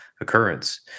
occurrence